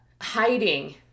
hiding